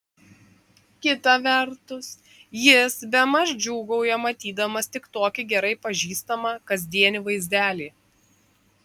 kita vertus jis bemaž džiūgauja matydamas tik tokį gerai pažįstamą kasdienį vaizdelį